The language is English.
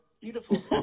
Beautiful